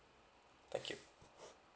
thank you